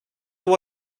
what